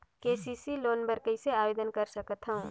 KCC loan बर कइसे आवेदन कर सकथव?